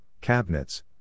cabinets